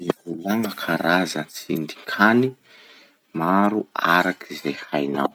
Mivolagna karaza tsindin-kany maro araky ze hainao.